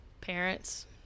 parents